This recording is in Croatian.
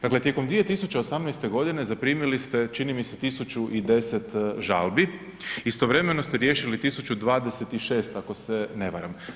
Dakle, tijekom 2018. godine zaprimili ste čini mi se 1010 žalbi, istovremeno ste riješili 1026 ako se ne varam.